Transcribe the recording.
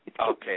Okay